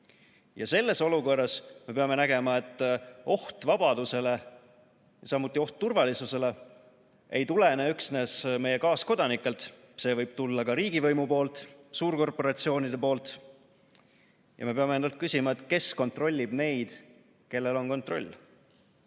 Selles olukorras me peame nägema, et oht vabadusele, samuti oht turvalisusele ei tulene üksnes meie kaaskodanikelt, see võib tulla ka riigivõimu poolt, suurkorporatsioonide poolt. Me peame endalt küsima, kes kontrollib neid, kellel on kontroll.